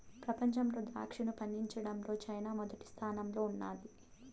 ప్రపంచంలో ద్రాక్షను పండించడంలో చైనా మొదటి స్థానంలో ఉన్నాది